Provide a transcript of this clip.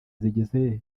zigeze